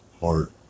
heart